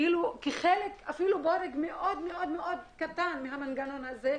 כחלק מאוד קטן מהמנגנון הזה,